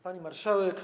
Pani Marszałek!